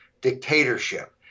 dictatorship